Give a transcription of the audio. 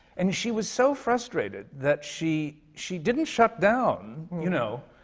and she was so frustrated that she she didn't shut down, you know,